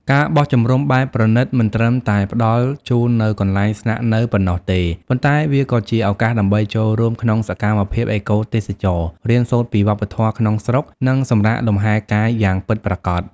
ការបោះជំរំបែបប្រណីតមិនត្រឹមតែផ្តល់ជូននូវកន្លែងស្នាក់នៅប៉ុណ្ណោះទេ ប៉ុន្តែវាក៏ជាឱកាសដើម្បីចូលរួមក្នុងសកម្មភាពអេកូទេសចរណ៍ រៀនសូត្រពីវប្បធម៌ក្នុងស្រុក និងសម្រាកលំហែកាយយ៉ាងពិតប្រាកដ។